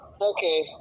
Okay